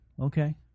okay